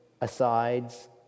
asides